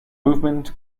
movement